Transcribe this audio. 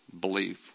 belief